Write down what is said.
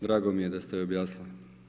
Drago mi je da ste joj objasnili.